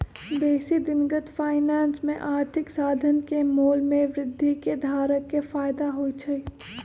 बेशी दिनगत फाइनेंस में आर्थिक साधन के मोल में वृद्धि से धारक के फयदा होइ छइ